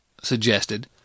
suggested